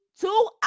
Two